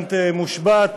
שהפרלמנט מושבת,